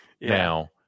Now